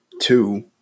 two